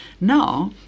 Now